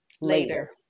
later